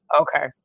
Okay